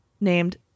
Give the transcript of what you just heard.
named